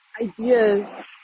ideas